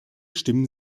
stimmen